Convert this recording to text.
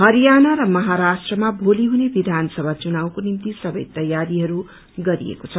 हरियाण र महाराष्ट्रमा भोली हुने विधानसभा चुनावको निम्ति सबै तयारीहरू गरिएको छ